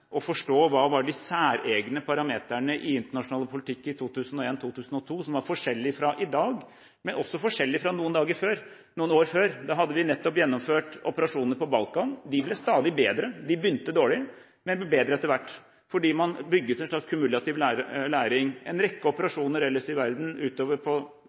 og forstå: Hva var de særegne parameterne i internasjonal politikk i 2001–2002, som var forskjellige fra i dag, men også forskjellige fra noen år før? Da hadde vi nettopp gjennomført operasjoner på Balkan. De ble stadig bedre. De begynte dårlig, men ble bedre etter hvert, fordi man bygget en slags kumulativ læring. En rekke operasjoner ellers i verden utover på